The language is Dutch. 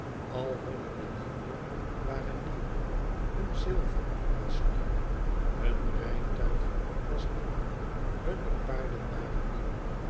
al hunne bedienden waren nieuw hun zilver was nieuw hun rijtuig was nieuw hunne paarden waren nieuw